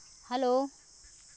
hello